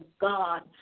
God